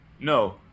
No